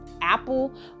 apple